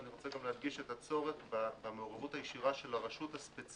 ואני רוצה גם להדגיש את הצורך במעורבות הישירה של הרשות הספציפית